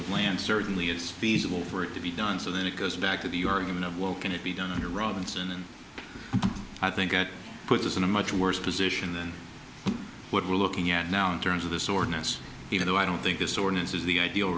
of land certainly is feasible for it to be done so then it goes back to your argument of well can it be done under robinson and i think it puts us in a much worse position than what we're looking at now in terms of this ordinance even though i don't think this ordinance is the ideal